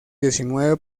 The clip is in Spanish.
diecinueve